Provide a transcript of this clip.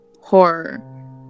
horror